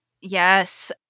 Yes